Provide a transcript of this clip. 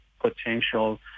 potential